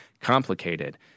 complicated